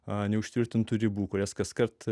anei užtvirtintų ribų kurias kaskart